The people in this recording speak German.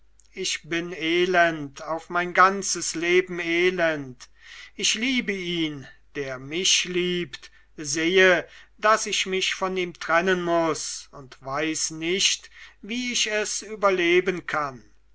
ich bin elend auf mein ganzes leben elend ich liebe ihn der mich liebt sehe daß ich mich von ihm trennen muß und weiß nicht wie ich es überleben kann